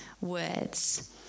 words